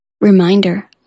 reminder